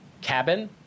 cabin